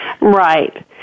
Right